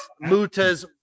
Muta's